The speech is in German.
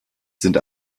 sind